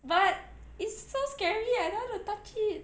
but it's so scary I don't want to touch it